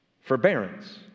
Forbearance